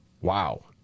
Wow